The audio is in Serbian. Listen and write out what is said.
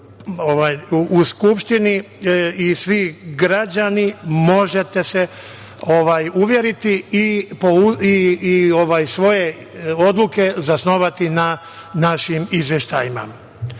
u Skupštini i svi građani možete se uveriti i svoje odluke zasnovati na našim izveštajima. Savet